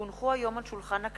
כי הונחו היום על שולחן הכנסת,